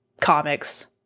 comics